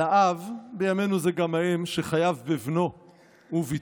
על האב, בימינו זה גם האם, שחייב בבנו ובבתו,